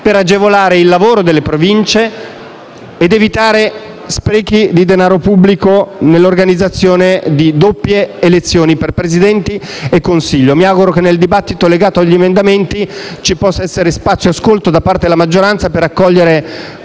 per agevolare il lavoro delle Province ed evitare sprechi di denaro pubblico nell'organizzazione di doppie elezioni per presidenti e Consiglio. Mi auguro che nel dibattito legato agli emendamenti ci possa essere spazio e ascolto da parte la maggioranza per accogliere